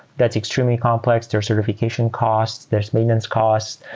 that's extremely complex. there're certification costs, there's maintenance costs.